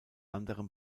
anderem